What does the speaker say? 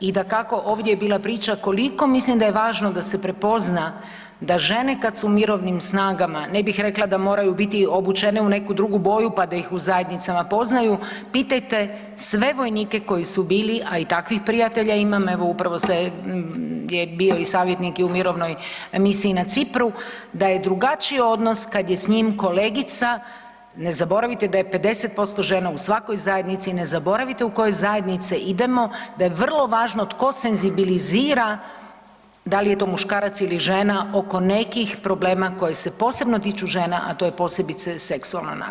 I dakako, ovdje je bila priča koliko mislim da je važno da se prepozna da žene kad su u mirovnim snagama ne bih rekla da moraju biti obučene u neku drugu boju, pa da ih u zajednicama poznaju, pitajte sve vojnike koji su bili, a i takvih prijatelja imam, evo upravo se je, je bio i savjetnik i u mirovnoj misiji na Cipru, da je drugačiji odnos kad je s njim kolegica, ne zaboravite da je 50% žena u svakoj zajednici, ne zaboravite u koje zajednice idemo, da je vrlo važno tko senzibilizira, da li je to muškarac ili žena, oko nekih problema koje se posebno tiču žena, a to je posebice seksualno nasilje.